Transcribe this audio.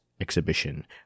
exhibition